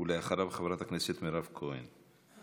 אחריו, חברת הכנסת מירב כהן.